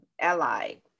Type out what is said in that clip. allied